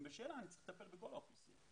בשאלה אלא אני צריך לטפל בכל האוכלוסייה.